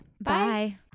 Bye